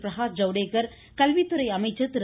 பிரகாஷ் ஜவ்டேகர் கல்வித்துறை அமைச்சர் திரு